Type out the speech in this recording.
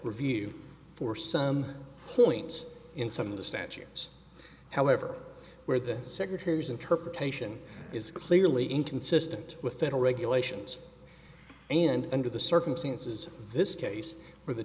review for some points in some of the statutes however where the secretary's interpretation is clearly inconsistent with federal regulations and under the circumstances this case where the